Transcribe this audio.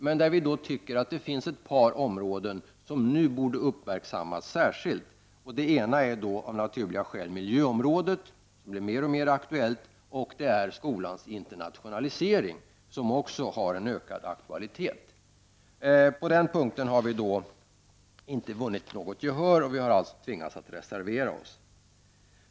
Men vi anser att det finns ett par områden som särskilt borde uppmärksammas. Det ena området är av naturliga skäl miljöområdet, som blir mer och mer aktuellt, och det andra området är skolans internationalisering, vilket också har en ökad aktualitet. På denna punkt har vi inte fått något gehör, och vi har därför tvingats att reservera Oss.